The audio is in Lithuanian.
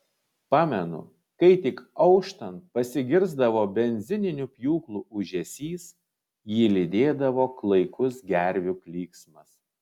pamenu kai tik auštant pasigirsdavo benzininių pjūklų ūžesys jį lydėdavo klaikus gervių klyksmas